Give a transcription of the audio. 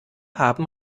haben